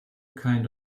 kind